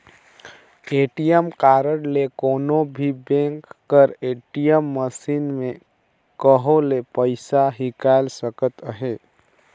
ATM card ले कोनो भी बेंक कर ए.टी.एम मसीन में कहों ले पइसा हिंकाएल सकत अहे